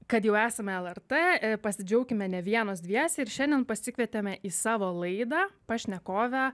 kad jau esame lrt pasidžiaukime ne vienos dviese ir šiandien pasikvietėme į savo laidą pašnekovę